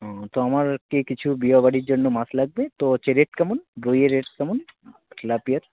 ও তো আমার আর কি কিছু বিয়েবাড়ির জন্য মাছ লাগবে তো হচ্ছে রেট কেমন রুইয়ের রেট কেমন তেলাপিয়ার